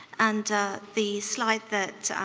and the slide that